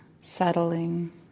Settling